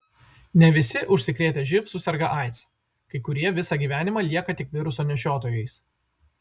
ne visi užsikrėtę živ suserga aids kai kurie visą gyvenimą lieka tik viruso nešiotojais